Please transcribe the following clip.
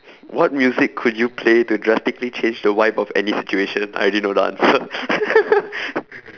what music could you play to drastically change the vibe of any situation I already know the answer